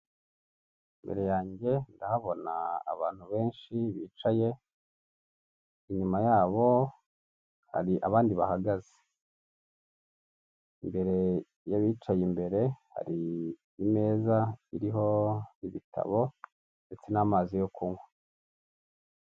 Imbere yange ndahabona abantu benshi bicaye, inyuma yabo hari abandi bahagaze, imbere yabicaye imbere hari imeza iriho ibitabo ndetse n'amazi yo kunywa.